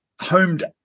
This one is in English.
homed